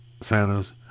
Santas